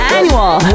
Annual